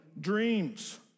dreams